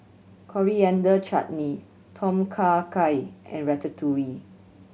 Coriander Chutney Tom Kha Gai and Ratatouille